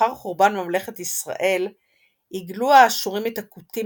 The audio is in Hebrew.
לאחר חורבן ממלכת ישראל הגלו האשורים את הכותים